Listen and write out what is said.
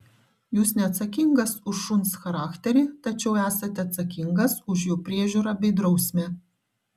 jūs neatsakingas už šuns charakterį tačiau esate atsakingas už jo priežiūrą bei drausmę